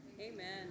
Amen